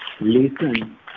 listen